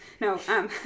No